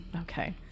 Okay